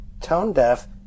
tone-deaf